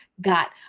got